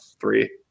three